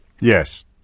yes